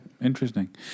interesting